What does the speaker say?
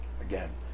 Again